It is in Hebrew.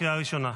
קריאה שנייה.